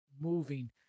moving